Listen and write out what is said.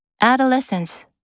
Adolescence